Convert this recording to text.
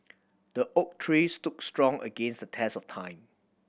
the oak tree stood strong against the test of time